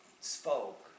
spoke